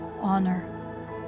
Honor